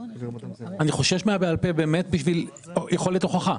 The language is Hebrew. אני חושש מאמירה בעל פה באמת בגלל יכולת הוכחה.